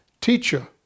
Teacher